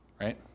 right